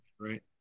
right